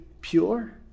pure